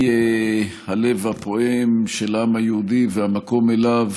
היא הלב הפועם של העם היהודי והמקום שאליו